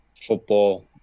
football